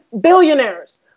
billionaires